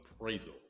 appraisal